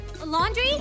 Laundry